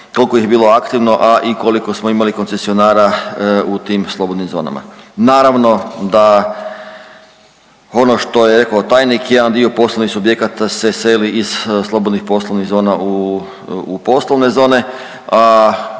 koliko ih je bilo aktivno, a i koliko smo imali koncesionara u tim slobodnim zonama. Naravno da ono što je rekao tajnik jedan dio poslovnih subjekata se seli iz slobodnih poslovnih zona u poslovne zone, a